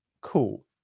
cool